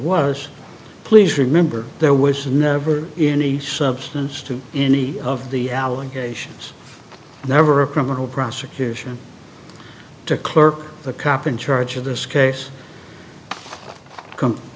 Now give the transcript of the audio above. was please remember there was never any substance to any of the allegations never a criminal prosecution to clerk the cop in charge of this case com